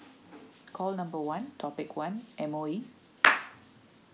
call number one topic one M_O_E